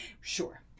sure